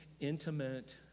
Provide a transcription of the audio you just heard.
intimate